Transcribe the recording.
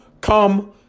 come